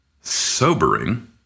sobering